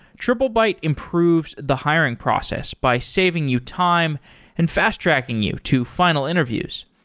triplebyte improves the hiring process by saving you time and fast-tracking you to final interviews.